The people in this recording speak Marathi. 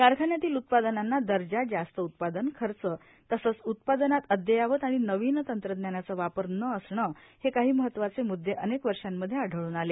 कारखान्यातील उत्पादनांचा दर्जा जास्त उत्पादन खर्च तसंच उत्पादनात अद्ययावत आणि नवीन तंत्रज्ञानाचा वापर न असणे हे काही महत्वाचे मुद्दे अनेक वर्शांमध्ये आढळून आले